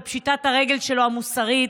בפשיטת הרגל שלו המוסרית,